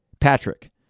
Patrick